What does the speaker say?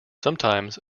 sometimes